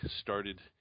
started